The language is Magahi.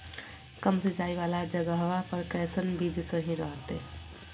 कम सिंचाई वाला जगहवा पर कैसन बीज सही रहते?